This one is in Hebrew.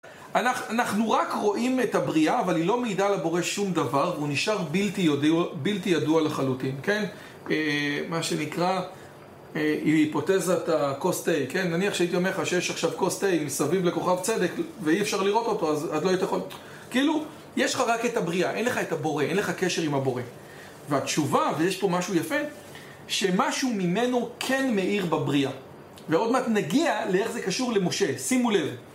אנחנו רק רואים את הבריאה, אבל היא לא מעידה על הבורא שום דבר והוא נשאר בלתי ידוע בלתי ידוע לחלוטין. כן. מה שנקרא, היפותזת הקוס-טיי, כן. נניח שהייתי אומר לך שיש עכשיו קוס-טיי מסביב לכוכב צדק ואי אפשר לראות אותו, אז את לא היית יכול, כאילו, יש לך רק את הבריאה, אין לך את הבורא, אין לך קשר עם הבורא. והתשובה, ויש פה משהו יפה, שמשהו ממנו כן מאיר בבריאה. ועוד מעט נגיע לאיך זה קשור למשה, שימו לב